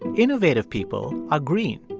innovative people are green.